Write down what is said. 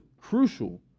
crucial